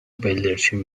بلدرچین